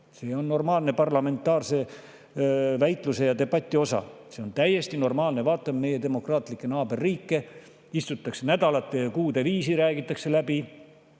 See on parlamentaarse väitluse ja debati normaalne osa. See on täiesti normaalne. Vaatame meie demokraatlikke naaberriike. Seal istutakse nädalate ja kuude viisi, räägitakse läbi.